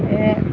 এ